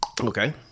Okay